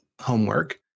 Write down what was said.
homework